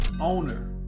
owner